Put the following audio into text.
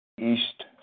East